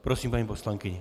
Prosím, paní poslankyně.